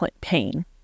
pain